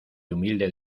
humilde